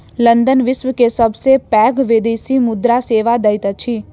London विश्व के सबसे पैघ विदेशी मुद्रा सेवा दैत अछि